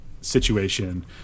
situation